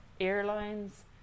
airlines